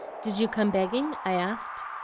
did you come begging i asked.